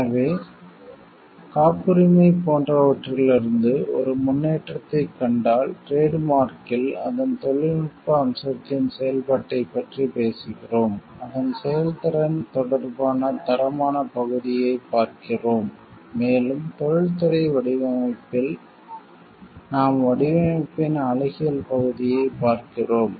எனவே காப்புரிமை போன்றவற்றிலிருந்து ஒரு முன்னேற்றத்தைக் கண்டால் டிரேட் மார்க்யில் அதன் தொழில்நுட்ப அம்சத்தின் செயல்பாட்டைப் பற்றி பேசுகிறோம் அதன் செயல்திறன் தொடர்பான தரமான பகுதியைப் பார்க்கிறோம் மேலும் தொழில்துறை வடிவமைப்பில் நாம் வடிவமைப்பின் அழகியல் பகுதியைப் பார்க்கிறோம்